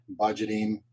budgeting